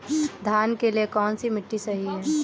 धान के लिए कौन सी मिट्टी सही है?